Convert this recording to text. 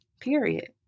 period